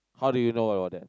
how do you know about that